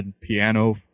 piano